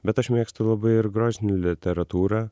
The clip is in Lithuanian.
bet aš mėgstu labai ir grožinę literatūrą